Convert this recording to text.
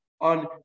on